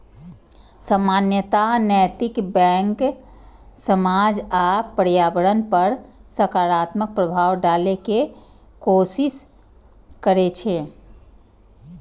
सामान्यतः नैतिक बैंक समाज आ पर्यावरण पर सकारात्मक प्रभाव डालै के कोशिश करै छै